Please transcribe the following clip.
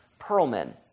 Perlman